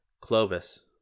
Clovis